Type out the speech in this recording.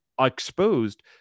exposed